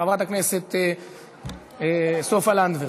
חברת הכנסת סופה לנדבר,